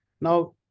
Now